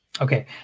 Okay